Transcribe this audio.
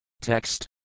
Text